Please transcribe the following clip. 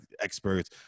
experts